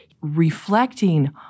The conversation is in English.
reflecting